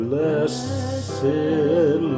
Blessed